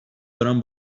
دارم